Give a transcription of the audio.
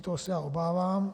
Toho se já obávám.